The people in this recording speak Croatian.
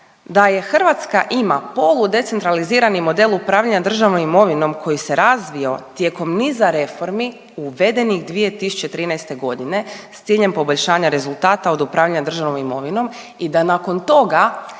da je Hrvatska ima poludecentralizirani model upravljanja državnom imovinom koji se razvio tijekom niza reformi uvedenih 2013. godine s ciljem poboljšanja rezultata od upravljanja državnom imovinom i da nakon toga